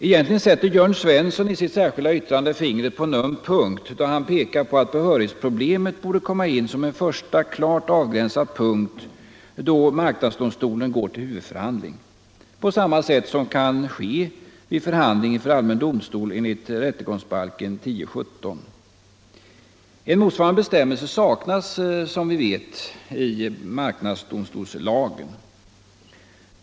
Egentligen sätter Jörn Svensson i sitt särskilda yttrande fingret på den ömma punkten, då han pekar på att behörighetsproblemet borde komma in som en första, klart avgränsad punkt då marknadsdomstolen går till huvudförhandling, på samma sätt som kan ske vid förhandling inför allmän domstol enligt rättegångsbalkens 10 kap. 17 §. En motsvarande bestämmelse saknas som vi vet i marknadsdomstolslagen.